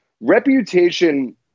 reputation